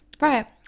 Right